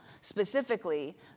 specifically